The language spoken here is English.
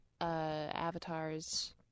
avatars